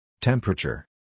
Temperature